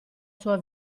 sua